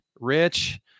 Rich